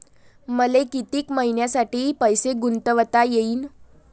मले कितीक मईन्यासाठी पैसे गुंतवता येईन?